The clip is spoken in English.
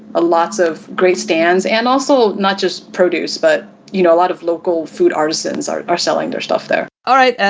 ah lots of great stands and also, not just produce but, you know, a lot of local food artisans are are selling their staff there. seth all right.